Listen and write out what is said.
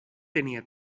tenia